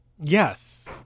Yes